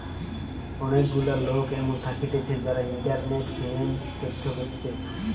অনেক গুলা লোক এমন থাকতিছে যারা ইন্টারনেটে ফিন্যান্স তথ্য বেচতিছে